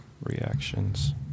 Reactions